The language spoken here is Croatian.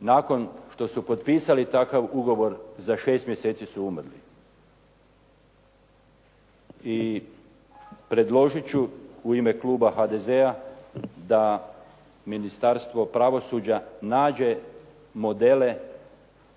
Nakon što su potpisali takav ugovor za šest mjeseci su umrli. I predložit ću u ime kluba HDZ-a da Ministarstvo pravosuđa nađe